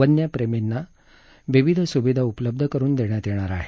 वन्य प्रेमींना विविध सुविधा उपलब्ध करून देण्यात येणार आहेत